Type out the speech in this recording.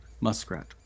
Muskrat